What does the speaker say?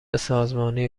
سازمانی